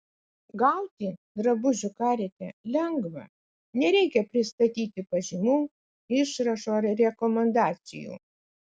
gauti drabužių carite lengva nereikia pristatyti pažymų išrašų ar rekomendacijų